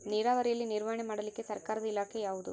ನೇರಾವರಿಯಲ್ಲಿ ನಿರ್ವಹಣೆ ಮಾಡಲಿಕ್ಕೆ ಸರ್ಕಾರದ ಇಲಾಖೆ ಯಾವುದು?